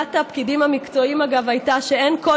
עמדת הפקידים המקצועיים הייתה שאין כל